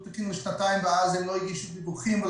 תקין לשנתיים ואז הם לא הגישו דיווחים,